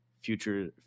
future